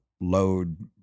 load